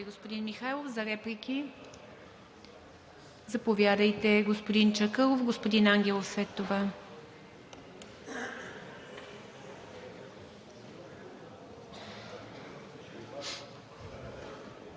господин Михайлов. За реплики – заповядайте, господин Чакъров, и господин Ангелов след това.